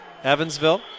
Evansville